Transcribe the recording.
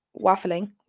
waffling